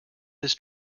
his